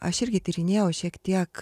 aš irgi tyrinėjau šiek tiek